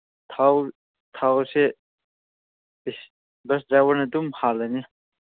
ꯊꯥꯎ ꯊꯥꯎꯁꯦ ꯕꯁ ꯗ꯭ꯔꯥꯏꯚꯔꯅ ꯑꯗꯨꯝ ꯍꯥꯜꯂꯅꯤ